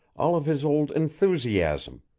all of his old enthusiasm,